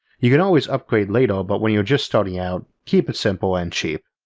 you can always upgrade later but when you're just starting out, keep it simple and cheap.